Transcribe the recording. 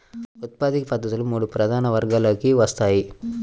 ఉత్పాదక పద్ధతులు మూడు ప్రధాన వర్గాలలోకి వస్తాయి